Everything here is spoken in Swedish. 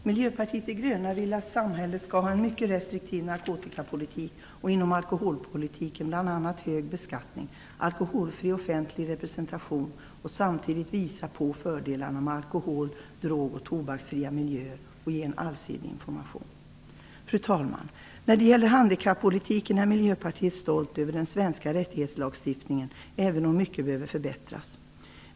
Miljöpartiet de gröna vill att samhället skall ha en mycket restriktiv narkotikapolitik och inom alkoholpolitiken bl.a. hög beskattning, alkoholfri offentlig representation och samtidigt visa på fördelarna med alkohol-, drog och tobaksfria miljöer samt ge en allsidig information. Fru talman! När det gäller handikappolitiken är Miljöpartiet stolt över den svenska rättighetslagstiftningen, även om mycket behöver förbättras.